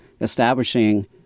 establishing